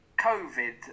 COVID